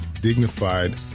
dignified